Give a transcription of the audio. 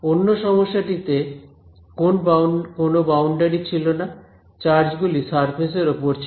অন্য সমস্যাটিতে কোন বাউন্ডারি ছিল না চার্জ গুলি সারফেস এর ওপরে ছিল